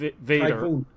vader